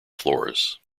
floors